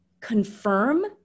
confirm